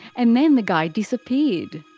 and then the guy disappeared.